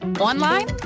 Online